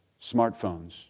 smartphones